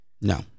no